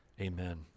Amen